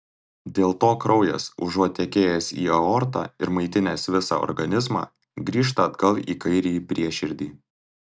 dėl to kraujas užuot tekėjęs į aortą ir maitinęs visą organizmą grįžta atgal į kairįjį prieširdį